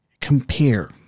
compare